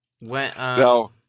No